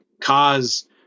cause